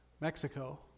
Mexico